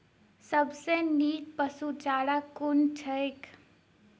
सबसँ नीक पशुचारा कुन छैक?